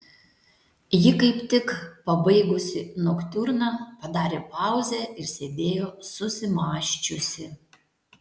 ji kaip tik pabaigusi noktiurną padarė pauzę ir sėdėjo susimąsčiusi